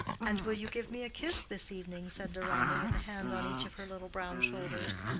and will you give me a kiss this evening? said deronda with a hand on each of her little brown shoulders.